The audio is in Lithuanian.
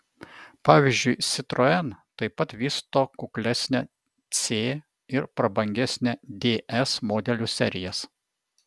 pavyzdžiui citroen taip pat vysto kuklesnę c ir prabangesnę ds modelių serijas